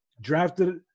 drafted